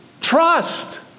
trust